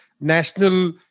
national